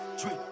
Treat